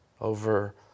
over